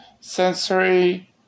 sensory